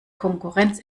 konkurrenz